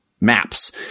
maps